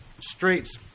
streets